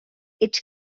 its